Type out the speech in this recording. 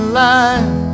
life